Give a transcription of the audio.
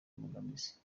imbogamizi